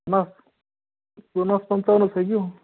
पन्नास पन्नास पंचावन्नच आहे की ओ